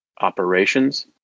operations